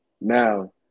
Now